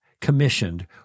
commissioned